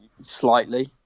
slightly